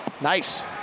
Nice